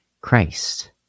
Christ